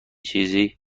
چیزی